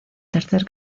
tercer